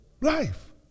Life